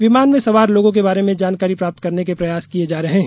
विमान में सवार लोगों के बारे में जानकारी प्राप्त करने के प्रयास किये जा रहे हैं